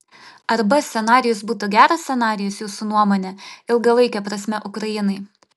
ar b scenarijus būtų geras scenarijus jūsų nuomone ilgalaike prasme ukrainai